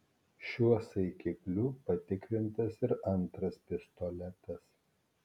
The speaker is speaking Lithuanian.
šiuo saikikliu patikrintas ir antras pistoletas